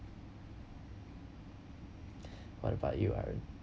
what about you eric